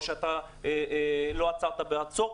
או שלא עצרת בעצור,